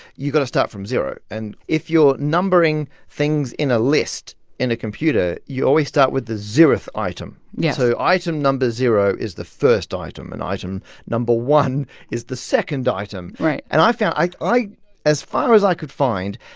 you've got to start from zero. and if you're numbering things in a list in a computer, you always start with the zeroth item yes so item no. zero is the first item, and item no. one is the second item right and i found i i as far as i could find,